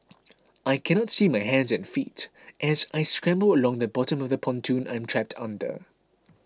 I cannot see my hands and feet as I scramble along the bottom of the pontoon I'm trapped under